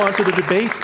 ah the debate.